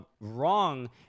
wrong